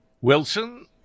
Wilson